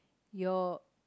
your